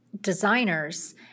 designers